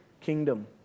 kingdom